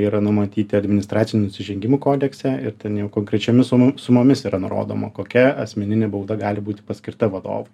yra numatyti administracinių nusižengimų kodekse ir ten jau konkrečiomis sumomis yra nurodoma kokia asmeninė bauda gali būti paskirta vadovui